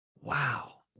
Wow